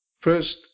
First